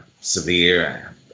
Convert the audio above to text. severe